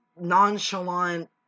nonchalant